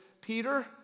Peter